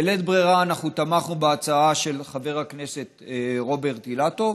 בלית ברירה אנחנו תמכנו בהצעה של חבר הכנסת רוברט אילטוב,